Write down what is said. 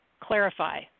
clarify